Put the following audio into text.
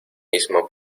mismo